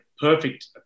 perfect